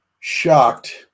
shocked